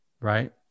Right